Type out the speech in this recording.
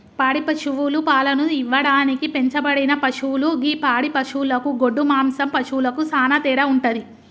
పాడి పశువులు పాలను ఇవ్వడానికి పెంచబడిన పశువులు గి పాడి పశువులకు గొడ్డు మాంసం పశువులకు సానా తేడా వుంటది